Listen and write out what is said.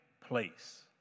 place